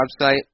website